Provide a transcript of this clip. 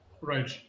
Right